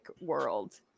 world